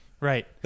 Right